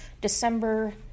December